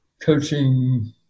coaching